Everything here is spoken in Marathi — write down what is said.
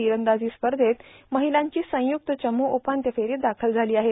तिरंदाजी स्पर्धेत महिलांची संयुक्त चमू उपांत्य फेरीत दाखल झाली आहे